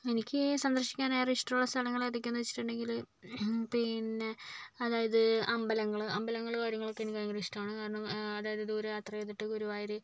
എനിക്ക് സന്ദർശിക്കാൻ ഏറെ ഇഷ്ടമുള്ള സ്ഥലങ്ങൾ ഏതൊക്കെയാണെന്ന് വെച്ചിട്ടുണ്ടെങ്കിൽ പിന്നെ അതായത് അമ്പലങ്ങൾ അമ്പലങ്ങൾ കാര്യങ്ങളൊക്കെ എനിക്ക് ഭയങ്കര ഇഷ്ടമാണ് കാരണം അതായത് ദൂര യാത്ര ചെയ്തിട്ട് ഗുരുവായൂർ